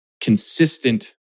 consistent